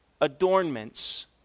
adornments